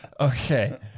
Okay